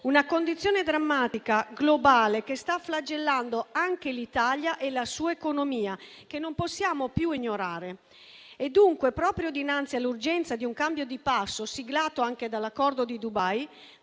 Una condizione drammatica globale che sta flagellando anche l'Italia e la sua economia e che non possiamo più ignorare. Pertanto, proprio dinanzi all'urgenza di un cambio di passo siglato anche dall'accordo di Dubai,